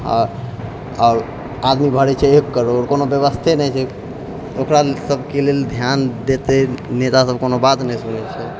आओर आओर आदमी भरै छै एक करोड़ कोनो व्यवस्थे नहि छै ओकरा सभके लेल ध्यान देतै नेता सभ कोनो बात नहि सुनै छै